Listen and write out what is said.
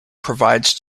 provides